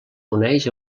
coneix